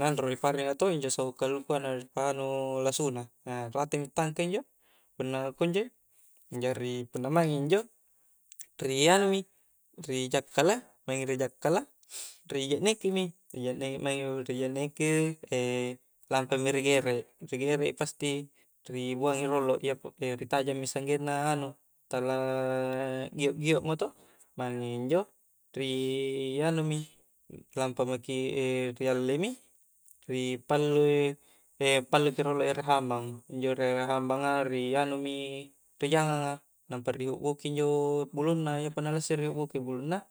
nanro ri parring a toh nampa ri pa anu lasuna, ratemi tangke injo punna pakunjoi, jari punna maing injo, ri anu mi ri jakkalai maing i rijakkala, ri jaknakimi maing i ri jakneki lampami ri gerek-ri gerek i pasti ribuang i rolo iyapa ritajang mi sanggenna anu, tala giok giok mi toh, maing injo rianumi, lampa maki ri allemi, ri pallui palluki rolo ere hambang, injo ere hambang a ri anumi ri jangang a, nampa ri hukbuki injo bulunna, iapa lassiri ri hubbuki bulunna